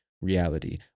reality